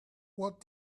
what